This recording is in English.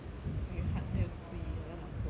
yu han 还有 si yi 好像蛮 close 的